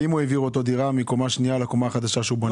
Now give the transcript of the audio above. ואם העבירו אותו דירה לקומה החדשה שהוא בונה?